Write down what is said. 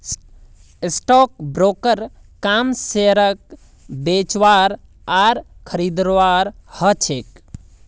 stock ब्रोकरेर काम शेयरक बेचवार आर खरीदवार ह छेक